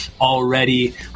already